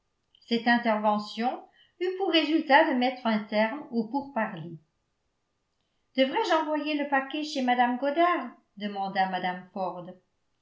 cette intervention eut pour résultat de mettre un terme aux pourparlers devrai-je envoyer le paquet chez mme goddard demanda mme ford